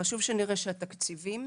חשוב שנראה שהתקציבים